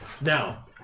Now